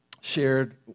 shared